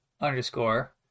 underscore